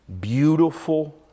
beautiful